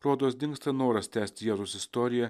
rodos dingsta noras tęsti jėzaus istoriją